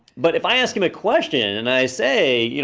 but if i ask him a question and i say,